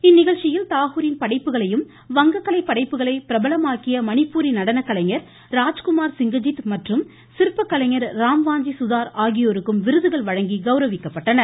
இந்நிகழ்ச்சியில் தாகூரின் படைப்புகளையும் வங்க கலை படைப்புகளை பிரபலமாக்கிய மணிப்பூரி நடனக்கலைஞர் ராஜ்குமார் சிங்கஜித் மற்றும் சிற்பக்கலைஞர் ராம் வாஞ்சி சுதார் ஆகியோருக்கும் விருதுகள் வழங்கி கௌரவிக்கப்பட்டன